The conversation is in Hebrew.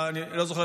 אני לא זוכר,